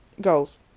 goals